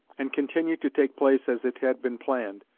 and continued to take place as it had been planned,